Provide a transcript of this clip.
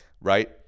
right